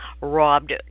robbed